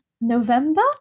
November